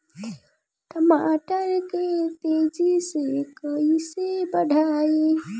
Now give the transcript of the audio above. टमाटर के तेजी से कइसे बढ़ाई?